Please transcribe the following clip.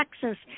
Texas